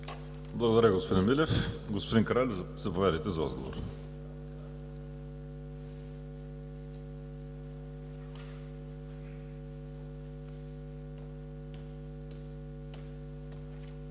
Благодаря, господин Милев. Господин Кралев, заповядайте за отговор.